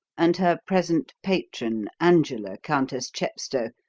and her present patron, angela, countess chepstow,